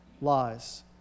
lies